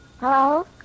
Hello